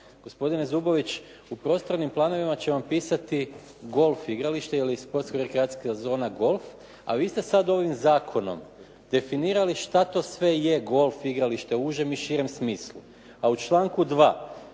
Gospodine Zubović, u prostornim planovima će vam pisati golf igralište ili sportsko-rekreacijska zona golf, a vi ste sad ovim zakonom definirali šta to sve je golf igralište u užem i širem smislu. A u članku 2.